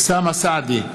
אוסאמה סעדי,